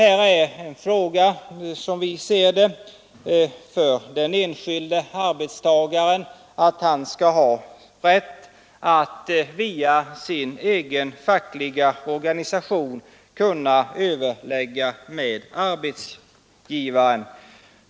Som vi ser det gäller frågan att den enskilde arbetstagaren skall ha rätt att via sin egen fackliga organisation överlägga med arbetsgivaren.